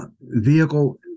vehicle